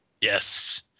Yes